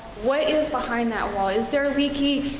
what is behind that wall, is there a leaky,